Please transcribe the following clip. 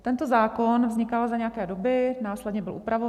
Tento zákon vznikal za nějaké doby, následně byl upravován.